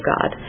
God